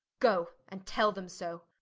go and tell them so.